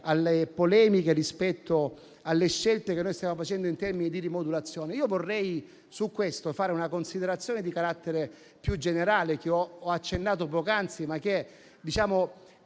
delle polemiche rispetto alle scelte che stiamo facendo in termini di rimodulazione. Su questo vorrei fare una considerazione di carattere più generale, cui ho accennato poc'anzi, che